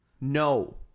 no